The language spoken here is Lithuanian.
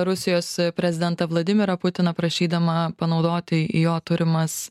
rusijos prezidentą vladimirą putiną prašydama panaudoti jo turimas